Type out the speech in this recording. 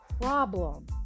problem